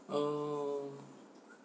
[oh0